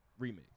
remix